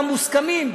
גם מוסכמים,